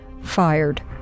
fired